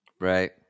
Right